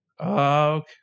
Okay